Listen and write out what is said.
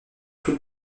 tout